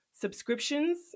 subscriptions